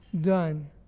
done